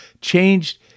changed